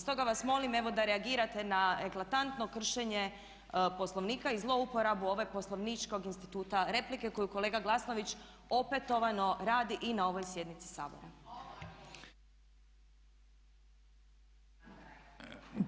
Stoga vas molim evo da reagirate na eklatantno kršenje Poslovnika i zlouporabu ovog poslovničkog instituta replike koju kolega Glasnović opetovano radi i na ovoj sjednici Sabora.